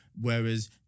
whereas